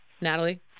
Natalie